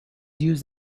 used